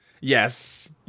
Yes